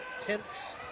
tenths